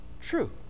true